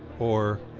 or,